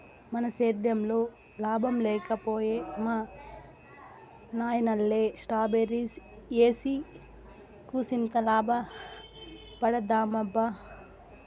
మన సేద్దెంలో లాభం లేక పోయే మా నాయనల్లె స్ట్రాబెర్రీ ఏసి కూసింత లాభపడదామబ్బా